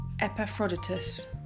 Epaphroditus